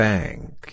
Bank